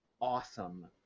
awesome